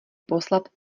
poslat